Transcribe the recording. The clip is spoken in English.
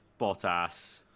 Bottas